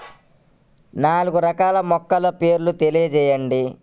నాలుగు రకాల మొలకల పేర్లు తెలియజేయండి?